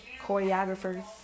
choreographers